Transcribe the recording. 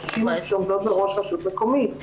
נשים שעומדות בראש מקומית.